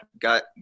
got